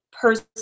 person